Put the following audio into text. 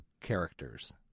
characters